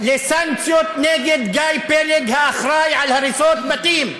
לסנקציות נגד גיא פלג, האחראי להריסות בתים.